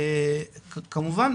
כמובן,